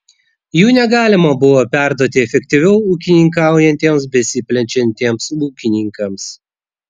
jų negalima buvo perduoti efektyviau ūkininkaujantiems besiplečiantiems ūkininkams